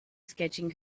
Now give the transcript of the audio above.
sketching